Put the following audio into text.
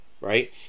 Right